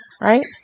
Right